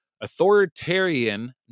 authoritarian